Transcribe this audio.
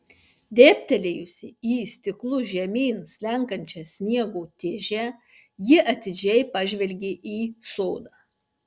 dėbtelėjusi į stiklu žemyn slenkančią sniego tižę ji atidžiai pažvelgė į sodą